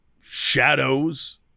shadows